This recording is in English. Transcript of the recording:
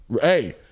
Hey